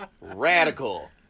Radical